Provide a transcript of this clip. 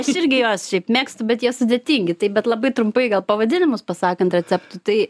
aš irgi juos šiaip mėgstu bet jie sudėtingi taip bet labai trumpai gal pavadinimus pasakant receptai